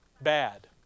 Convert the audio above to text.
bad